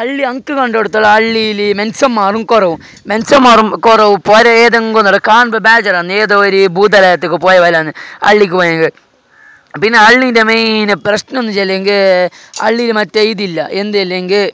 അള്ളീയങ്കു കണ്ടിടത്തോളം അള്ളിയിൽ മനുസ്സന്മാരും കുറവും മനുസ്സന്മാരും കുറവും പോരേയേതെങ്കില് കാണുമ്പോൾ ബെജാറാകുന്നു ഏതോവൊരു ഭൂതകാലത്തിലേക്ക് പോയ പോലെയാന്നു അള്ളിക്ക് പോയെങ്കില് പിന്നെ അള്ളീന്റെ മെയിൻ പ്രശ്നമെന്നു വെച്ചെല്ലെങ്കിൽ അള്ളിയിൽ മറ്റേയിതില്ല എന്തില്ലെങ്കിൽ